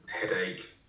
headache